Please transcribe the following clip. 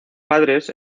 padres